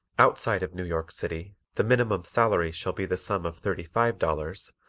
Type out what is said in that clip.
outside of new york city the minimum salary shall be the sum of thirty-five dollars,